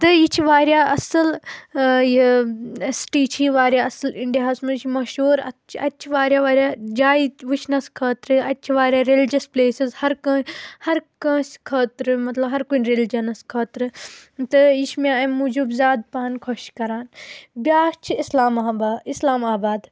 تہٕ یہ چھِ واریاہ اصٕل اۭں یہِ سِٹی چھِ یہِ واریاہ اصٕل اِنڈِیاہس منٛز چھِ مشہوٗر اَتھ چھِ اَتہِ چھِ واریاہ واریاہ جایہِ تہِ وٕچھنَس خٲطرٕ اَتہِ چھِ واریاہ ریٚلِجَس پٕلیسٕز ہر کٲ ہر کٲنٛسہِ خٲطرٕ مطلب ہر کُنہِ ریٚلِجَنَس خٲطرٕ تہٕ یہِ چھِ مےٚ اَمہِ موٗجوٗب زیادِ پہن خۄش کَران بیٛاکھ چھِ اِسلام آ با اِسلام آباد